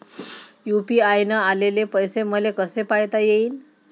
UPI न आलेले पैसे मले कसे पायता येईन?